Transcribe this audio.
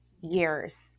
years